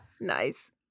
Nice